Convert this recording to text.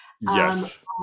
Yes